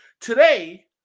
today